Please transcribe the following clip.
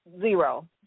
zero